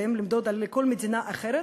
עליהם לנדוד לכל מדינה אחרת,